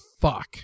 Fuck